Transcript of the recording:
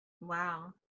Wow